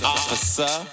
Officer